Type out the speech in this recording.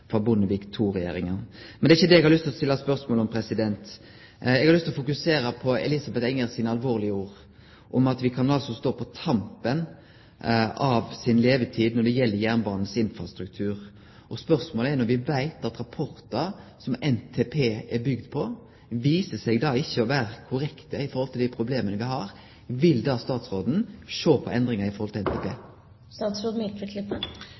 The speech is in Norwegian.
frå Bondevik II-regjeringa. Men det er ikkje det eg har lyst til å stille spørsmål om. Eg har lyst til å fokusere på Elisabeth Enger sine alvorlege ord om at jernbanen sin infrastruktur kan stå på tampen av levetida si. Og spørsmålet er, når vi veit at rapportar som NTP er bygd på, viser seg ikkje å vere korrekte i forhold til dei problema vi har: Vil statsråden då sjå på endringar i forhold til